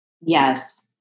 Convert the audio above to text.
Yes